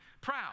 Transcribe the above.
proud